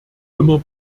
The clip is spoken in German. immer